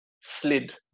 slid